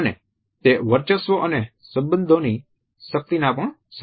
અને તે વર્ચસ્વ અને સંબંધોની શક્તિના પણ સંકેત આપે છે